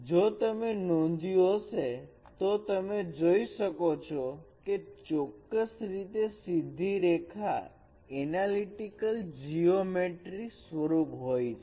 જો તમે નોંધ્યું હશે તો તમે જોઈ શકો છો કે ચોક્કસ રીતે સીધી રેખા analytical geometry સ્વરૂપે હોય છે